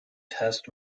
test